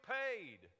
paid